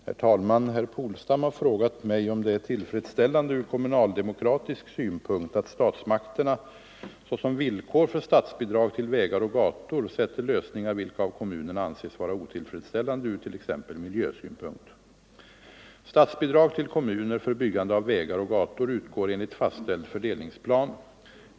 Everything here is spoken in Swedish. Herr talman! Herr Polstam har frågat mig om det är tillfredsställande ur kommunaldemokratisk synpunkt att statsmakterna såsom villkor för statsbidrag till vägar och gator sätter lösningar, vilka av kommunerna anses vara otillfredsställande ur t.ex. miljösynpunkt. Statsbidrag till kommuner för byggande av vägar och gator utgår enligt fastställd fördelningsplan.